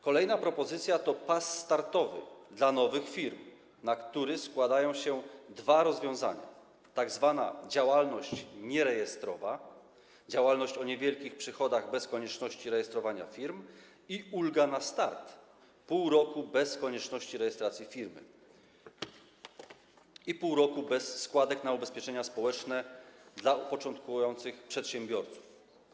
Kolejna propozycja to pas startowy dla nowych firm, na co składają się dwa rozwiązania: tzw. działalność nierejestrowa - działalność o niewielkich przychodach bez konieczności rejestrowania form, i ulga na start - pół roku bez konieczności rejestracji firmy i pół roku bez składek na ubezpieczenia społeczne dla początkujących przedsiębiorców.